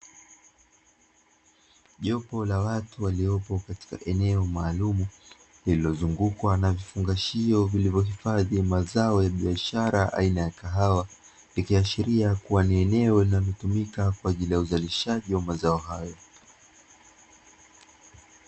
Jopo la watu waliopo katika eneo maalumu lililozungukwa na vifungashio vilivyo hifadhi mazao ya biashara aina ya kahawa, ikiashiria kua ni eneo linalotumika kwa ajili ya uzalishaji wa mazao hayo.